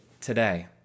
today